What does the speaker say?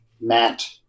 Matt